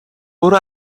برو